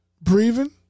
breathing